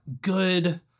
good